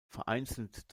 vereinzelt